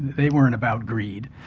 they weren't about greed,